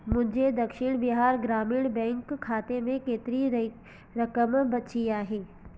मुंहिंजे दक्षिण बिहार ग्रामीण बैंक खाते में केतिरी रहिक रक़म बची आहे